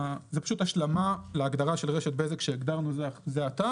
זה פשוט השלמה להגדרה של רשת בזק שהגדרנו זה עתה